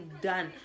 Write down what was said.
done